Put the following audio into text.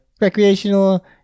recreational